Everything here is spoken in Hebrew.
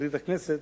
תחליט הכנסת.